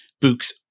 books